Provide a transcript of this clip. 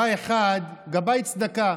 בא אחד, גבאי צדקה,